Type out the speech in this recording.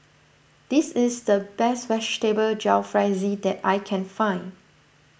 this is the best Vegetable Jalfrezi that I can find